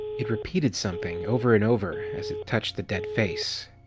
it repeated something over and over as it touched the dead face.